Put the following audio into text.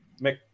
Mick